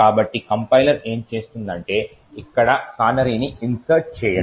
కాబట్టి కంపైలర్ ఏమి చేస్తుందంటే ఇక్కడ కానరీని ఇన్సర్ట్ చేయడం